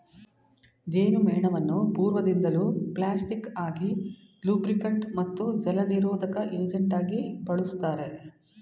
ಜೇನುಮೇಣವನ್ನು ಪೂರ್ವದಿಂದಲೂ ಪ್ಲಾಸ್ಟಿಕ್ ಆಗಿ ಲೂಬ್ರಿಕಂಟ್ ಮತ್ತು ಜಲನಿರೋಧಕ ಏಜೆಂಟಾಗಿ ಬಳುಸ್ತಾರೆ